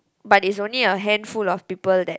but it's only a handful of people that